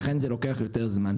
ולכן זה לוקח יותר זמן.